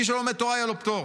מי שלומד תורה, יהיה לו פטור.